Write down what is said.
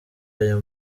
aya